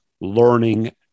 learning